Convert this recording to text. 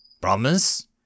Promise